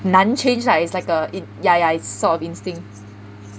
难 change lah it's like a yeah yeah it's sort of ins